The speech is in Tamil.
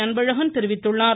அன்பழகன் தெரிவித்துள்ளார்